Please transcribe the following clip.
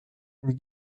une